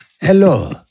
hello